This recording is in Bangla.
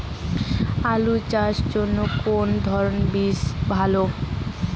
আলু চাষের জন্য কোন ধরণের বীজ ভালো?